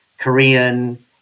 Korean